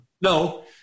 No